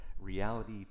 reality